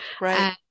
right